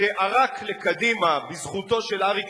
שערק לקדימה בזכותו של אריק שרון,